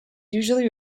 usually